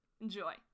Enjoy